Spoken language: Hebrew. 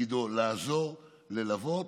שתפקידו לעזור, ללוות,